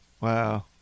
Wow